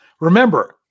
remember